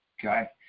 okay